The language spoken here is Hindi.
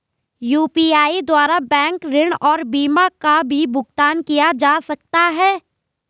यु.पी.आई द्वारा बैंक ऋण और बीमा का भी भुगतान किया जा सकता है?